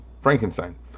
Frankenstein